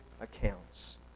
accounts